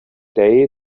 day